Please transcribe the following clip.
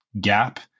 gap